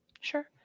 Sure